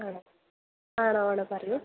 ആണോ ആണോ ആണോ പറയൂ